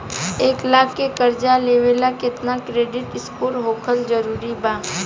एक लाख के कर्जा लेवेला केतना क्रेडिट स्कोर होखल् जरूरी बा?